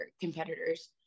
competitors